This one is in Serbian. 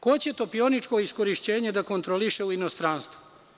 Ko će topioničko iskorišćenje da kontroliše u inostranstvu?